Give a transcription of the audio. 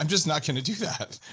um just not going to do that.